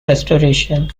restoration